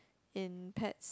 in pets